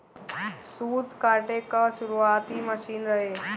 सूत काते कअ शुरुआती मशीन रहे